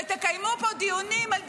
ותקיימו פה דיונים על דיונים.